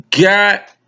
got